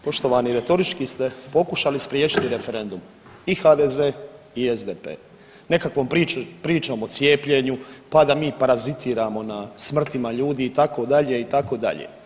Poštovani, retorički ste pokušali spriječiti referendum i HDZ i SDP nekakvom pričom o cijepljenju, pa da mi parazitiramo na smrtima ljudi itd., itd.